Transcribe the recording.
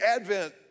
Advent